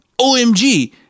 OMG